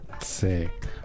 sick